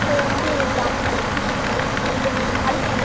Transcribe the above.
তো একটু দামটা ছাড়ুন